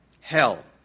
Hell